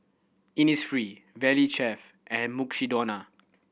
Innisfree Valley Chef and Mukshidonna